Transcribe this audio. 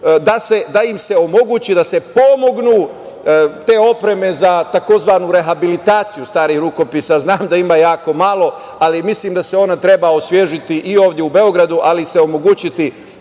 da im se omoguće te opreme za rehabilitaciju starih rukopisa, znam da ima jako malo, ali mislim da se ona treba osvežiti i ovde u Beogradu, ali se omogućiti